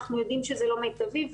אנחנו יודעים שזה לא מיטבי.